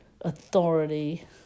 authority